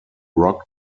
rock